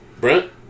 Brent